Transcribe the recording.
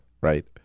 right